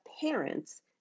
parents